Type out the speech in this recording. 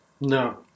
no